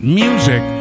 music